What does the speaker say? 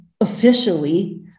officially